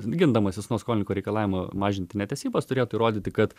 gindamasis nuo skolininko reikalavimo mažinti netesybas turėtų įrodyti kad